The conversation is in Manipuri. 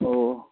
ꯑꯣ